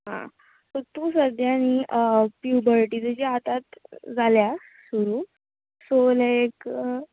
आं सो तूं सद्द्या न्ही प्युबर्टी तेजी आतांत जाल्या सुरू सो लायक